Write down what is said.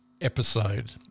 episode